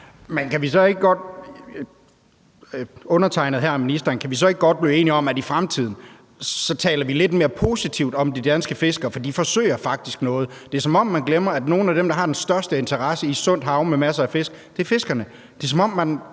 så ikke godt blive enige om, at i fremtiden taler vi lidt mere positivt om de danske fiskere? For de forsøger faktisk noget. Det er, som om man glemmer, at nogle af dem, der har den største interesse i et sundt hav med masser af fisk, er fiskerne.